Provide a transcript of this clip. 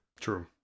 true